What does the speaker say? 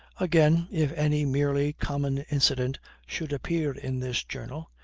again, if any merely common incident should appear in this journal,